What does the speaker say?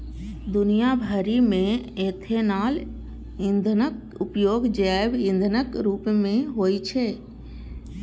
दुनिया भरि मे इथेनॉल ईंधनक उपयोग जैव ईंधनक रूप मे होइ छै